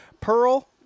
Pearl